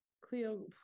Cleo